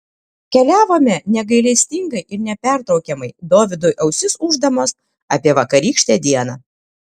keliavome negailestingai ir nepertraukiamai dovydui ausis ūždamos apie vakarykštę dieną